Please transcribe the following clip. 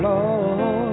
Lord